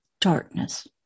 darkness